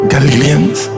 Galileans